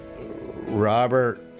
Robert